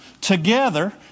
together